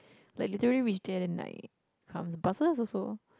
like literally reach there then like come buses also